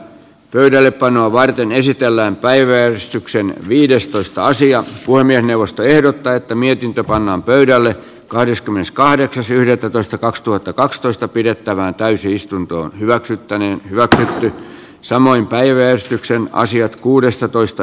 pöydällepanoa varten esitellään päiväystyksen viidestoista osia puhemiesneuvosto ehdottaa että mietintö pannaan pöydälle kahdeskymmeneskahdeksas yhdettätoista kaksituhattakaksitoista pidettävään täysistuntoon hyväksyttäneen hyötö samoin päiväjärjestykseen asiat kuudessatoista